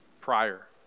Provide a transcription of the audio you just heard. prior